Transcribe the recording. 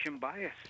bias